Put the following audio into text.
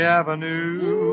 avenue